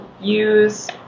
use